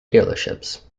dealerships